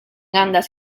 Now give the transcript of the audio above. andas